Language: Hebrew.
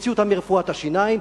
תוציא אותם מרפואת השיניים,